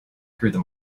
through